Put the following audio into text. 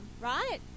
right